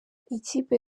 ikipe